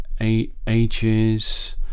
ages